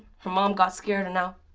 her mom got scared and now